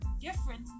different